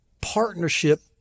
partnership